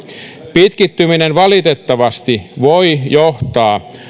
pitkittyminen valitettavasti voi johtaa